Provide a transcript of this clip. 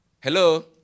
Hello